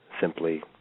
simply